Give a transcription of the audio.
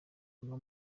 uno